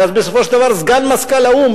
ואז בסופו של דבר סגן מזכ"ל האו"ם,